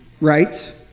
right